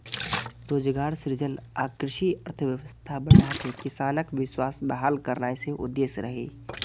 रोजगार सृजन आ कृषि अर्थव्यवस्था बढ़ाके किसानक विश्वास बहाल करनाय सेहो उद्देश्य रहै